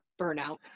burnout